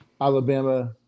Alabama